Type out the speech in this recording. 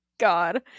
god